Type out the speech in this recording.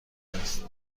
است